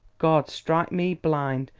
gawd strike me blind,